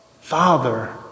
Father